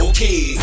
Okay